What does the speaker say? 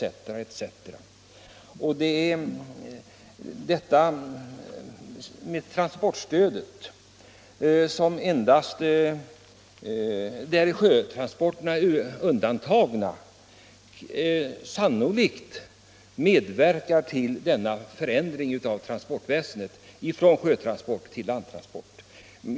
Det är sannolikt att transportstödet, från vilket endast sjötransporterna är undantagna, medverkar till denna överföring från sjötransporter till landtransporter.